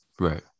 Right